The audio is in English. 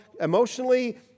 emotionally